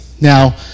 Now